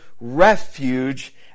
refuge